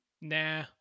Nah